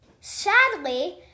Sadly